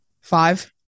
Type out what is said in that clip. Five